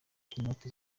inoti